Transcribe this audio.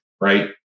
right